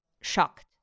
shocked